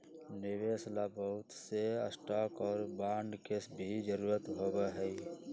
निवेश ला बहुत से स्टाक और बांड के भी जरूरत होबा हई